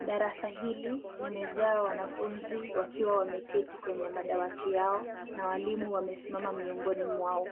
Darasa hili limejaa wanafunzi wakiwa wameketi kwenye madawati yao na walimu wamesimama miongoni mwao.